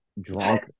drunk